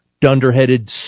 dunderheaded